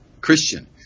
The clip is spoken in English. Christian